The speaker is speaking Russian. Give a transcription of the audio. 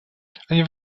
они